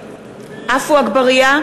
(קוראת בשמות חברי הכנסת) עפו אגבאריה,